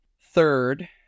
third